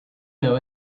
know